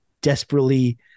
desperately